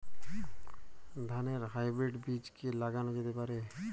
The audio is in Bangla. ধানের হাইব্রীড বীজ কি লাগানো যেতে পারে?